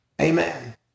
Amen